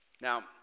Now